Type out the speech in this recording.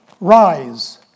Rise